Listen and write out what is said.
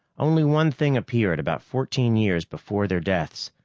only one thing appeared, about fourteen years before their deaths.